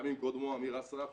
גם עם קודמו אמיר אסרף.